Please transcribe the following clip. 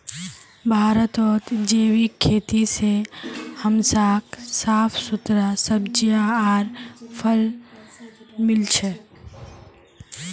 भारतत जैविक खेती से हमसाक साफ सुथरा सब्जियां आर फल मिल छ